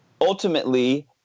ultimately